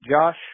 Josh